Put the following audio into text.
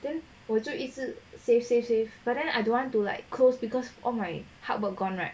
then 我就一直 save save save but then I don't want to like close because all my hardwork gone right